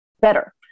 better